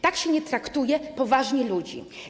Tak się nie traktuje poważnie ludzi.